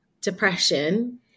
depression